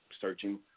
searching